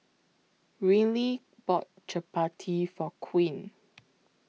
Rylie bought Chapati For Queen